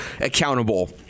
accountable